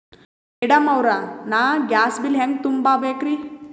Madam ಅವ್ರ, ನಾ gas bill ಹೆಂಗ ತುಂಬಾ ಬೇಕ್ರಿ?